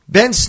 Ben